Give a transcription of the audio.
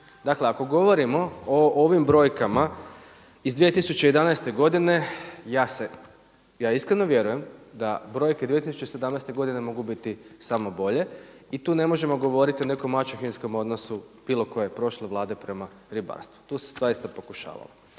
Dakle ako govorimo o ovim brojkama iz 2011. godine, ja se, ja iskreno vjerujem, da brojke 2017. godine mogu biti samo bolje i tu ne možemo govoriti o nekom maćehinskom odnosu bilo koje, prošle Vlade prema ribarstvu. Tu se zaista pokušavalo.